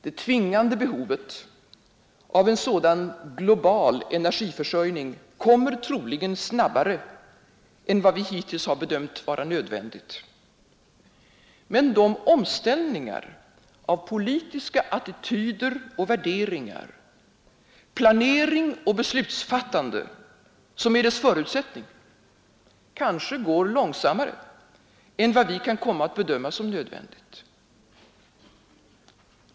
Det tvingande behovet av en sådan global energiförsörjning kommer troligen snabbare än vad vi hittills har bedömt vara nödvändigt. Men de omställningar av politiska attityder och värderingar, planering och beslutsfattande, som är dess förutsättning, kanske går långsammare än vad vi kan komma att bedöma som nödvändigt.